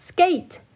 Skate